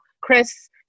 Chris